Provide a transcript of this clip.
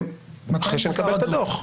אחרי שנקבל את הדוח.